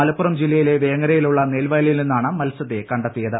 മലപ്പുറം ജില്ലയിലെ വേങ്ങരയിലുള്ള നെൽവയലിൽ നിന്നാണ് മത്സ്യത്തെ കണ്ടെത്തിയത്